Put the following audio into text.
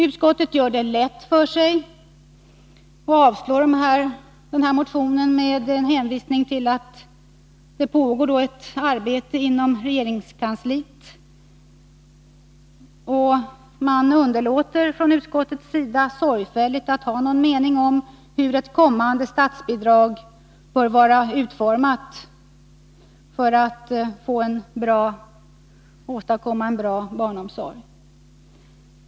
Utskottet gör det lätt för sig och avstyrker motionen med hänvisning till pågående arbete inom regeringskansliet. Utskottet underlåter sorgfälligt att ha någon mening om hur ett kommande statsbidrag bör vara utformat för att åstadkomma en bra barnomsorg.